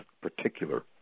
particular